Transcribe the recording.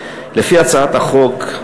לפי הצעת החוק,